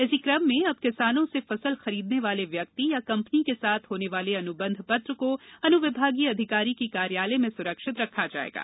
इसी क्रम में अब किसानों से फसल खरीदने वाले व्यक्ति या कंपनी के साथ हाने वाले अनुबंध पत्र को अनुविभागीय अधिकारी की कार्यालय में सुरक्षित रखा जायेगा